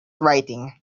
writing